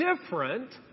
different